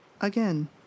Again